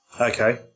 Okay